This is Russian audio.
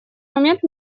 момент